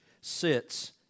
sits